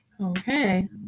okay